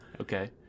Okay